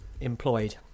employed